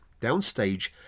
downstage